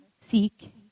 seek